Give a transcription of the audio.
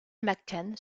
mccann